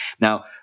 Now